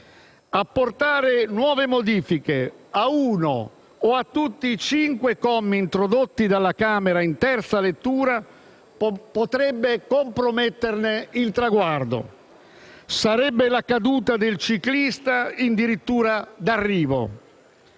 Apportare nuove modifiche a uno o a tutti i cinque commi introdotti dalla Camera in terza lettura potrebbe comprometterne il traguardo: sarebbe la caduta del ciclista in dirittura d'arrivo.